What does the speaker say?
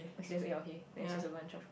it's just then just a